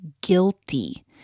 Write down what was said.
guilty